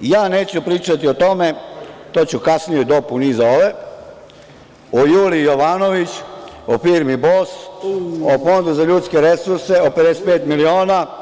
ja neću pričati o tome, to ću kasnije u dopuni iza ove, o Juliji Jovanović, o firmi „Bos“, o Fondu za ljudske resurse, o 55 miliona.